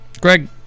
Greg